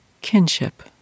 kinship